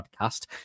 Podcast